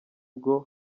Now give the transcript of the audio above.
bwo